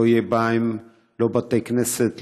לא יהיו בהם לא בתי כנסת,